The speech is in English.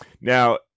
Now